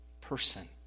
person